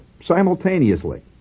simultaneously